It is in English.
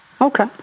Okay